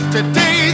Today